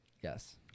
yes